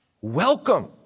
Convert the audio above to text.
welcome